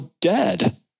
dead